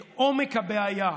את עומק הבעיה.